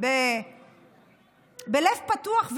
בלב פתוח,